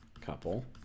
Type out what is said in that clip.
couple